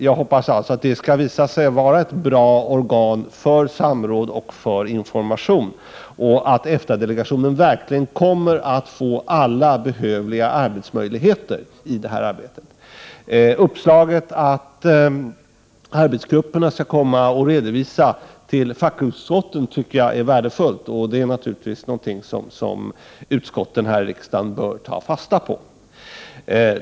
Jag hoppas att den skall visa sig vara ett bra organ för samråd och information, och att EFTA-delegationen verkligen kommer att få alla behövliga resurser för det här arbetet. Jag tycker att förslaget att arbetsgrupperna skall redovisa för fackutskotten är värdefullt. Detta är naturligtvis någonting som riksdagens utskott bör ta fasta på.